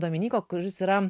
dominyko kuris yra